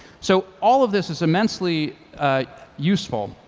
so all of this is immensely useful,